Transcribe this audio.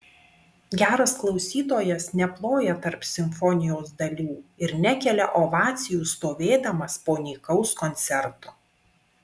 geras klausytojas neploja tarp simfonijos dalių ir nekelia ovacijų stovėdamas po nykaus koncerto